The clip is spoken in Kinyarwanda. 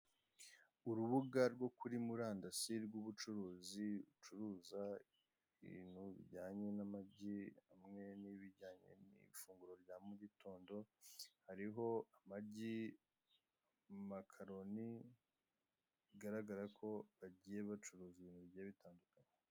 Urubuga rwo kuri muri andasi rw'ubucuruzi rucuruza ibintu bijyanye n'amagi hamwe n'ibijyanye n'ifunguro rya mu gitondo, hariho amagi, amakaroni bigaragara ko bagiye bacuruza ibintu bitandukanye.